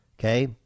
okay